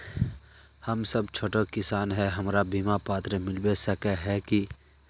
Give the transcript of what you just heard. हम सब छोटो किसान है हमरा बिमा पात्र मिलबे सके है की?